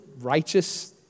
righteous